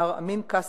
מר אמין קאסם,